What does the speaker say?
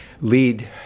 lead